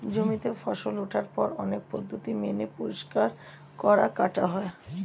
জমিতে ফসল ওঠার পর অনেক পদ্ধতি মেনে পরিষ্কার করা, কাটা হয়